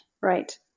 Right